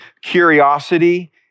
curiosity